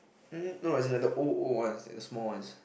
mm no as in like the old old ones like the small ones